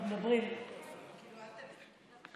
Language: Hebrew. ומעבר לכל הדברים של הממשלה הזאת,